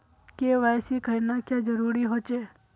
KYC करना क्याँ जरुरी होचे?